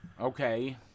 Okay